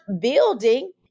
building